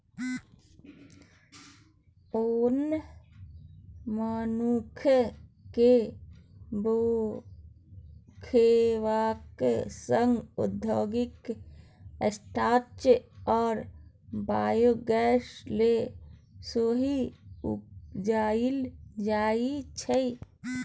ओन मनुख केँ खेबाक संगे औद्योगिक स्टार्च आ बायोगैस लेल सेहो उपजाएल जाइ छै